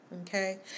okay